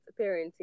parenting